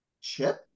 Chip